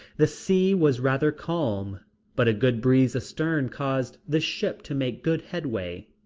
the sea was rather calm but a good breeze astern caused the ship to make good headway.